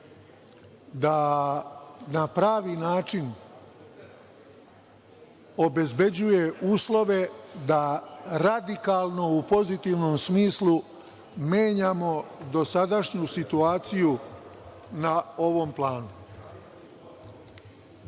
da na pravi način obezbeđuje uslove da radikalno u pozitivnom smislu menjamo dosadašnju situaciju na ovom planu. Mislim